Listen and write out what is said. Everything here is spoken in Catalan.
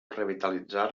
revitalitzar